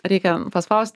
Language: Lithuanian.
reikia paspaust